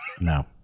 No